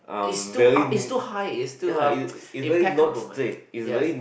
is too uh is too high is too uh impeccable man yes